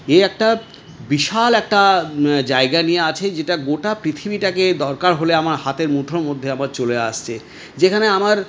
এই একটা বিশাল একটা জায়গা নিয়ে আছে যেটা গোটা পৃথিবীটাকে দরকার হলে আমার হাতের মুঠোর মধ্যে আবার চলে আসছে যেখানে আমার